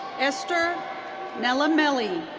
esther nellameli.